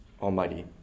Almighty